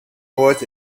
woord